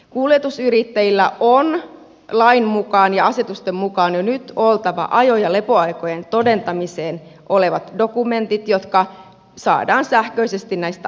kuljetusyrittäjillä on lain mukaan ja asetusten mukaan jo nyt oltava ajo ja lepoaikojen todentamiseen olevat dokumentit jotka saadaan sähköisesti näistä ajopiirtureista